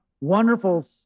Wonderful